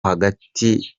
hagati